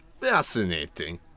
Fascinating